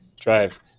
drive